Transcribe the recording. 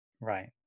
Right